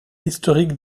historique